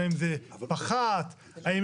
אני חושב שהצעת חוק כזאת, אדוני, היא לא בשלה.